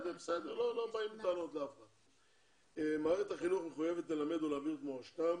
מערכת החינוך מחויבת ללמד ולהעביר את מורשתם